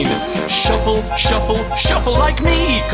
shuffle. shuffle. shuffle like me.